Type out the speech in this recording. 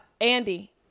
andy